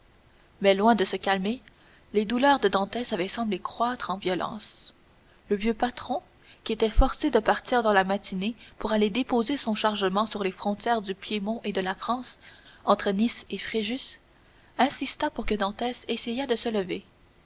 mais loin de se calmer les douleurs de dantès avaient semblé croître en violence le vieux patron qui était forcé de partir dans la matinée pour aller déposer son chargement sur les frontières du piémont et de la france entre nice et fréjus insista pour que dantès essayât de se lever